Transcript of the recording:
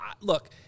Look